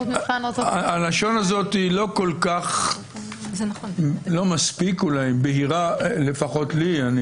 הלשון הזאת לא מספיק בהירה, לפחות לי.